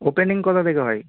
opening কটা থেকে হয়